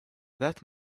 that